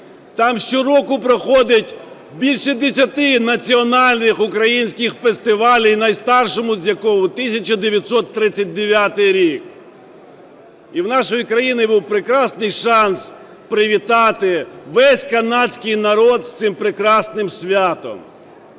Там щороку проходить більше десяти національних українських фестивалів, найстарший з яких 1939 року. І в нашої країни був прекрасний шанс привітати весь канадський народ з цим прекрасним святом.